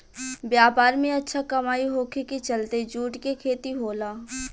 व्यापार में अच्छा कमाई होखे के चलते जूट के खेती होला